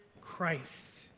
Christ